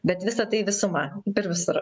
bet visa tai visuma kaip ir visur